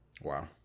Wow